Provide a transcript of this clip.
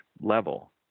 level